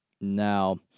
Now